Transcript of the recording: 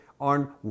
on